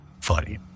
funny